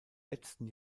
letzten